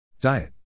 Diet